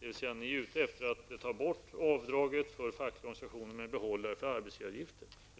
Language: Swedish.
dessa olika, dvs. att ni är ute efter att ta bort avdragsrätten för fackföreningsavgifter men behålla den för arbetsgivaravgifter.